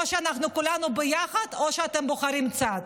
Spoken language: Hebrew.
או שאנחנו כולנו ביחד, או שאתם בוחרים צד.